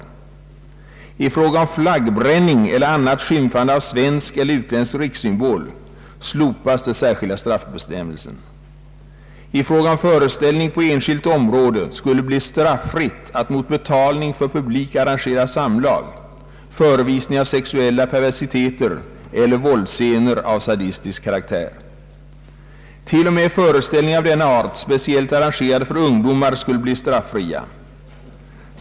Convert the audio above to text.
I fråga om flaggbränning eller annat skymfande av svensk eller utländsk rikssymbol slopas den särskilda straffbestämmelsen. I fråga om föreställning på enskilt område skulle det bli straffritt att mot betalning för publik arrangera samlag, förevisning av sexuella perversiteter eller våldsscener av sadistisk karaktär. T. o. m. föreställningar av denna art, speciellt arrangerade för ungdomar, skulle bli straffria.